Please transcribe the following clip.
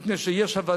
כל זאת, מפני שיש הבנה